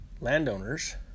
landowners